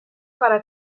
para